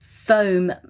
Foam